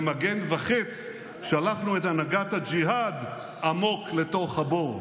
במגן וחץ שלחנו את הנהגת הג'יהאד עמוק לתוך הבור,